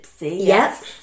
Yes